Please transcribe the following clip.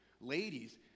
Ladies